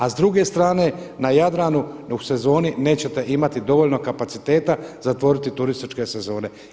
A s druge strane na Jadranu u sezoni nećete imati dovoljno kapaciteta zatvoriti turističke sezone.